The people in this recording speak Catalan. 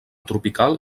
tropical